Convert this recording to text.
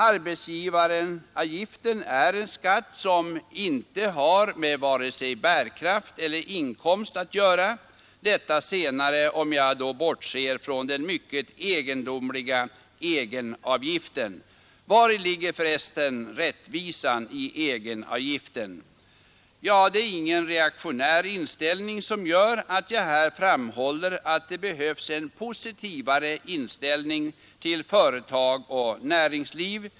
Arbetsgivaravgiften är en skatt som inte har med vare sig bärkraft eller inkomst att göra — detta senare om jag då bortser från den mycket egendomliga egenavgiften. Var hgger för resten rättvisan i egenavgiften? Det är ingen reaktionär inställnign som gör att jag här framhåller att det behövs en positivare inställning till företag och näringsliv.